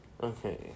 Okay